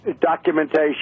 documentation